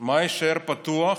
מה יישאר פתוח?